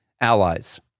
allies